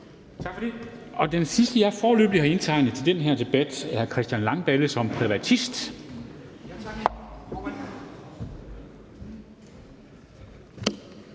Dam Kristensen): Den sidste jeg foreløbig har indtegnet til denne debat er hr. Christian Langballe som privatist.